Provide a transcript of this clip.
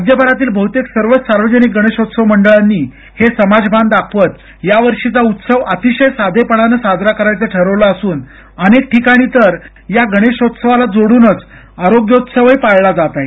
राज्यभरातील बहुतेक सर्वच सार्वजनिक गणेशोत्सव मंडळांनी हे समाजभान दाखवत यावर्षीचा उत्सव अतिशय साधेपणानं साजरा करायचा ठरवलं असून अनेक ठिकाणी तर या गणेशोत्सवाला जोडूनच आरोग्योत्सवही पाळला जात आहे